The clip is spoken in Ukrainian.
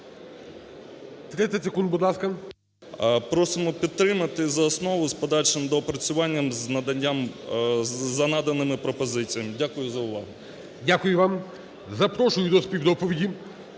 Просимо підтримати за основу з подальшим доопрацюванням з наданням… за наданими пропозиціями. Дякую за увагу. ГОЛОВУЮЧИЙ. Дякую вам. Запрошую до співдоповіді